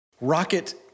rocket